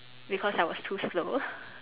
because I was too slow